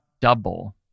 double